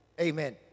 Amen